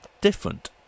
different